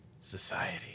Society